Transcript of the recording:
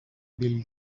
بیل